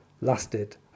lasted